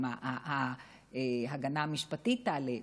גם ההגנה המשפטית תעלה,